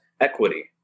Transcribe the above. equity